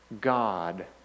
God